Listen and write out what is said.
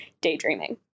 daydreaming